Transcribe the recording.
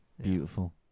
Beautiful